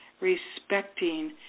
respecting